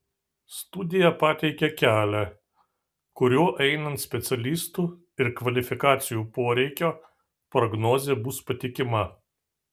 studija pateikia kelią kuriuo einant specialistų ir kvalifikacijų poreikio prognozė bus patikima